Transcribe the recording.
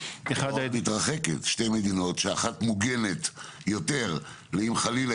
שתי מדינות שאחת מוגנת יותר לאם חלילה